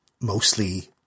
mostly